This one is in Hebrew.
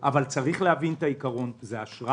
אתה היית בכל הדיונים --- אבל צריך להבין את העיקרון - זה אשראי,